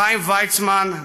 לחיים ויצמן,